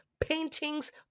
paintings